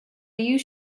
you